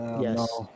Yes